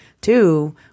Two